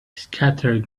scattered